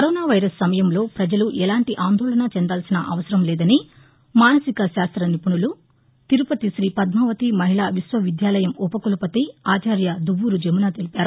corona virus సమయంలో ప్రపజలు ఎలాంటి ఆందోళన చెందాల్సిన అవసరం లేదని మానసిక శాస్త్ర నిపుణులు తిరుపతి శ్రీ పద్నావతి మహిళా విశ్వ విద్యాలయం ఉపకులపతి ఆచార్య దువ్వూరు జమున తెలిపారు